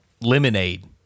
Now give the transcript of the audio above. lemonade